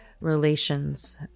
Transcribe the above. relations